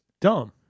Dumb